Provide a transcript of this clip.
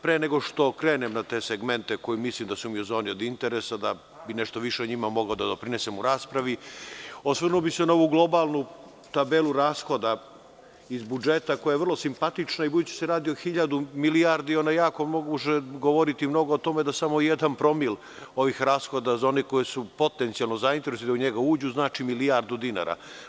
Pre nego što krenem na te segmente koji mislim da su mi u zoni od interesa, da bi nešto više o njima mogao da doprinesem u raspravi, osvrnuo bi se na ovu globalnu tabelu rashoda iz budžeta koja je vrlo simpatična i budući da se radi o hiljadu milijardi ona jako može govoriti o tome da samo jedan promil ovih rashoda, za one koji su potencijalno zainteresovani da u njega uđu, znači milijardu dinara.